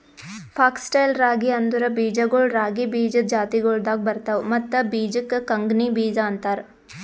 fox tail ರಾಗಿ ಅಂದುರ್ ಬೀಜಗೊಳ್ ರಾಗಿ ಬೀಜದ್ ಜಾತಿಗೊಳ್ದಾಗ್ ಬರ್ತವ್ ಮತ್ತ ಬೀಜಕ್ ಕಂಗ್ನಿ ಬೀಜ ಅಂತಾರ್